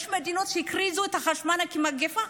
יש מדינות שהכריזו על ההשמנה כמגפה.